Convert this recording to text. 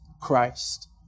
Christ